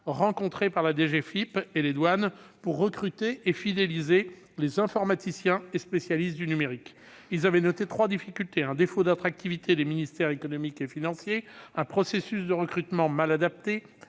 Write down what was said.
finances publiques (DGFiP) et les douanes pour recruter et fidéliser les informaticiens et spécialistes du numérique. Ils avaient noté trois difficultés : un défaut d'attractivité des ministères économiques et financiers, un processus de recrutement mal adapté